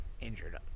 injured